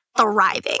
Thriving